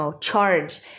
charge